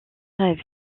rêve